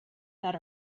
that